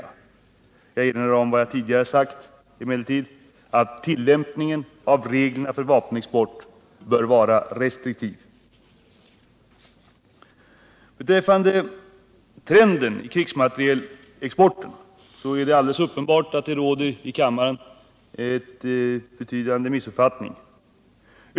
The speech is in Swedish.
Jag erinrar emellertid om vad jag tidigare sagt om att tillämpningen av reglerna för vapenexport bör vara restriktiv. Beträffande trenden i krigsmaterielexporten är det alldeles uppenbart att det i kammaren råder en betydande missuppfattning om denna.